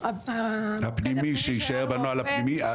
הפנימי שיישאר בנוהל הפנימי,